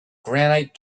granite